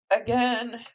Again